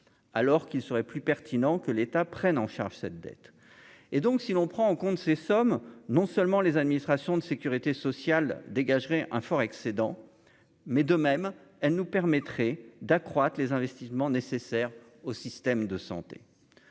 alors qu'il serait plus pertinent que l'État prenne en charge cette dette et donc, si l'on prend en compte ces sommes non seulement les administrations de Sécurité sociale dégagerait un fort excédent, mais de même elle nous permettrait d'accroître les investissements nécessaires au système de santé